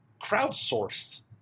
crowdsourced